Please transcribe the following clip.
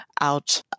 out